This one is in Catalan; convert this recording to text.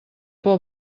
por